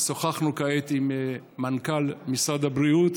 שוחחנו כעת עם מנכ"ל משרד הבריאות